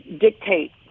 dictate